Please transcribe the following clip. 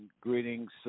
greetings